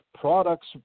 products